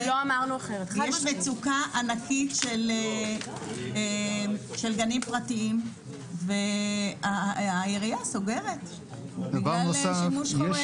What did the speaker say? יש מצוקה ענקית של גנים פרטיים והעירייה סוגרת בגלל שימוש חורג.